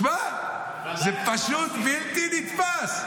תשמע, זה פשוט בלתי נתפס.